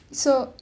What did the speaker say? so